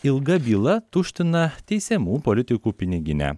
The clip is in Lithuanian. ilga byla tuština teisiamų politikų piniginę